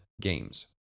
games